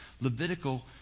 Levitical